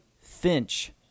Finch